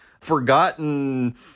forgotten